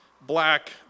Black